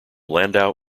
landau